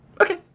Okay